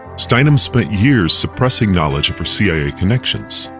steinem spent year's supressing knowledge of her cia connections.